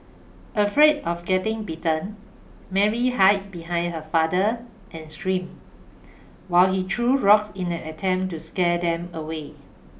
afraid of getting bitten Mary hid behind her father and screamed while he threw rocks in an attempt to scare them away